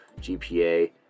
GPA